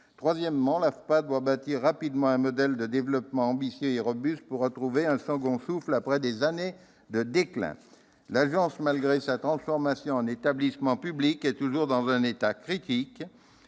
professionnelle des adultes doit bâtir rapidement un modèle de développement ambitieux et robuste pour retrouver un second souffle après des années de déclin. Malgré sa transformation en établissement public, l'AFPA est toujours dans un état critique.